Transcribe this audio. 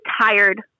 tired